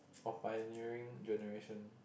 oh pioneering generation